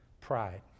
pride